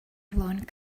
blonde